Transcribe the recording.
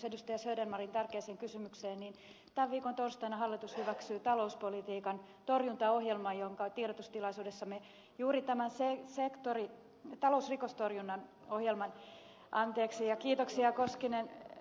södermanin tärkeään kysymykseen että tämän viikon torstaina hallitus hyväksyy talouspolitiikan torjuntaohjelman jonka tiedotustilaisuudessa me juuri tämän talousrikostorjunnan ohjelman anteeksi ja kiitoksia ed